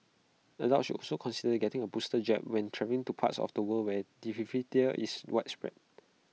adults should also consider getting A booster jab when travelling to parts of the world where diphtheria is widespread